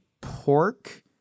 pork